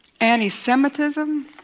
Anti-Semitism